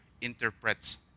interprets